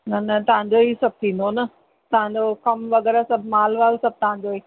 न न तव्हांजो ई सभु थींदो न तव्हांजो कमु वग़ैरह सभु मालु वाल सभु तव्हांजो ई